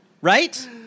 Right